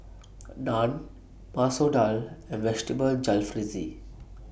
Naan Masoor Dal and Vegetable Jalfrezi